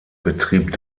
betrieb